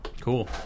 Cool